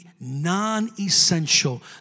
non-essential